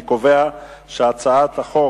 אני קובע שהצעת החוק